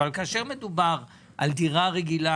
אבל כאשר מדובר על דירה רגילה,